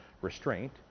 restraint